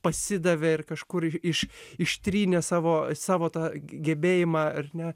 pasidavė ir kažkur iš ištrynė savo savo tą gebėjimą ar ne